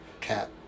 cat